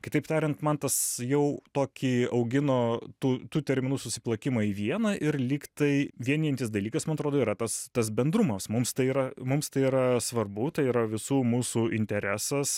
kitaip tariant man tas jau tokį augino tų tų terminų suplakimą į vieną ir lyg tai vienijantis dalykas man atrodo yra tas tas bendrumas mums tai yra mums tai yra svarbu tai yra visų mūsų interesas